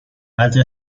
altri